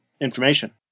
information